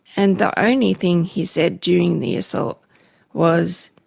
and the only thing he said during the assault was,